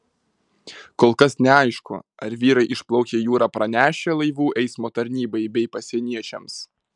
kol kas neaišku ar vyrai išplaukė į jūrą pranešę laivų eismo tarnybai bei pasieniečiams